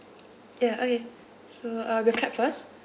ya okay so uh we'll clap first